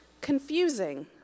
confusing